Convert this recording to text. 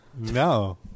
No